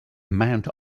mount